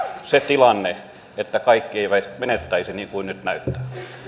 se tilanne että kaikki eivät menettäisi niin kuin nyt näyttää